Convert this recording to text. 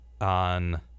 on –